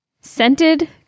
Scented